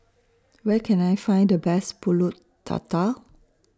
Where Can I Find The Best Pulut Tatal